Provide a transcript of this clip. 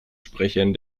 sprechern